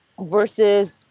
versus